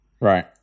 Right